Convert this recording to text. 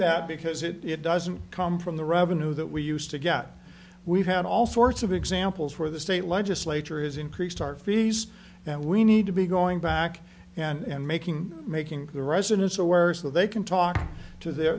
that because it doesn't come from the revenue that we used to get we've had all sorts of examples where the state legislature has increased our fees and we need to be going back and making making the residents aware so they can talk to their